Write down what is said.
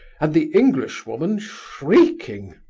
and the englishwoman shrieking!